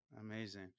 Amazing